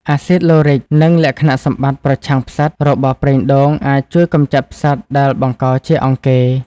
អាស៊ីតឡូរិក និងលក្ខណៈសម្បត្តិ ប្រឆាំងផ្សិត របស់ប្រេងដូង អាចជួយកម្ចាត់ផ្សិតដែលបង្កជាអង្គែ។